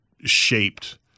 shaped